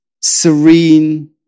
serene